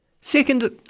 Second